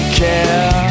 care